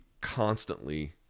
constantly